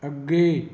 ਅੱਗੇ